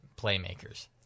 playmakers